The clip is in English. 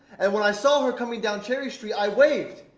and when i saw her coming down cherry street, i waved.